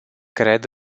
cred